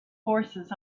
forces